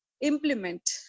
implement